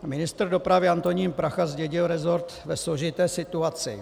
Ministr dopravy Antonín Prachař zdědil resort ve složité situaci.